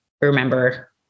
remember